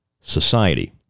society